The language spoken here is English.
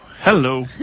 hello